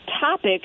topic